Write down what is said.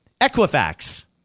Equifax